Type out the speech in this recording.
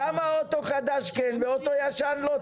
למה אוטו חדש כן ואוטו ישן לא?